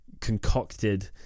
concocted